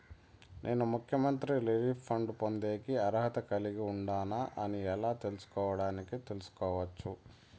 నేను ముఖ్యమంత్రి relief fund పొందేకి అర్హత కలిగి ఉండానా అని ఎలా తెలుసుకోవడానికి తెలుసుకోవచ్చు